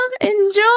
Enjoy